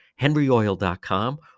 henryoil.com